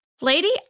Lady